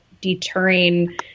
deterring